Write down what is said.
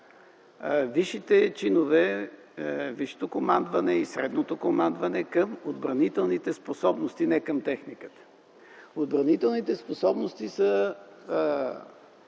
висшите чинове, висшето командване и средното командване към отбранителните способности – не към техниката. Отбранителните способности са